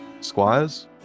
squires